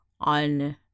on